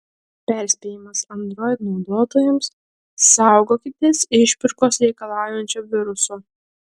perspėjimas android naudotojams saugokitės išpirkos reikalaujančio viruso